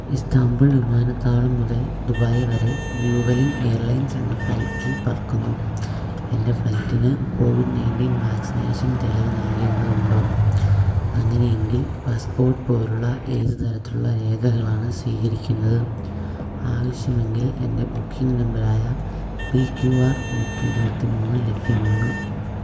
Istanbul വിമാനത്താവളം മുതൽ Dubai വരെ വ്യുവലിംഗ് എയർലൈൻസ് എന്ന ഫ്ലൈറ്റിൽ പറക്കുന്നു എൻ്റെ ഫ്ലൈറ്റിന് കോവിഡ് നയൻ്റീൻ വാക്സിനേഷൻ തെളിവു നൽകേണ്ടതുണ്ടോ അങ്ങനെയെങ്കിൽ പാസ്പോട്ട് പോലുള്ള ഏതു തരത്തിലുള്ള രേഖകളാണു സ്വീകരിക്കുന്നത് ആവശ്യമെങ്കിൽ എൻ്റെ ബുക്കിംഗ് നമ്പറായ പി ക്യു ആർ നൂറ്റി ഇരുപത്തി മൂന്ന് ലഭ്യമാണ്